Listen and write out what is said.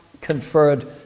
conferred